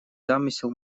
замысел